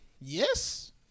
Yes